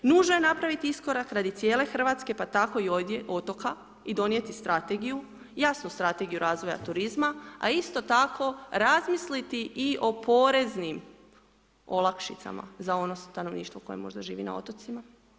Nužno je napraviti iskorak radi cijele RH, pa tako i ovdje otoka i donijeti strategiju, jasnu strategiju razvoja turizma, a isto tako razmisliti i o poreznim olakšicama za ono stanovništvo koje možda živi na otocima.